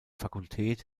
fakultät